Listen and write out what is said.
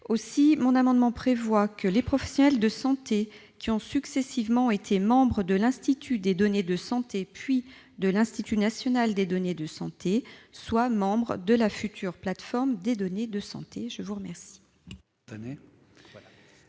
a pour objet de prévoir que les professionnels de santé qui ont successivement été membres de l'Institut des données de santé puis de l'Institut national des données de santé soient membres de la future plateforme des données de santé. La parole